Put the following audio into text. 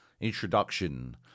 Introduction